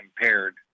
impaired